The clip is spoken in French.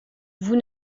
vous